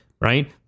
right